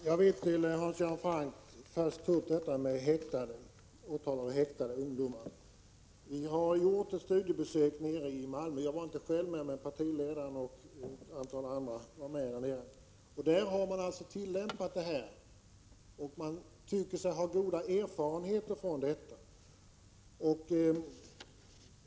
Herr talman! Först, Hans Göran Franck, vill jag ta upp frågan om åtalade och häktade ungdomar. Vår partiledare och några andra har gjort ett studiebesök nere i Malmö. Där tycker man sig ha goda erfarenheter av tillämpningen.